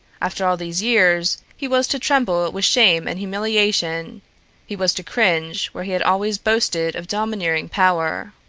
after all these years, he was to tremble with shame and humiliation he was to cringe where he had always boasted of domineering power.